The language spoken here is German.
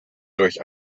durch